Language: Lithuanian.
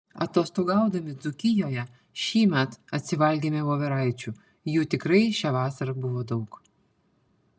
atostogaudami dzūkijoje šįmet atsivalgėme voveraičių jų tikrai šią vasarą buvo daug